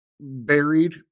buried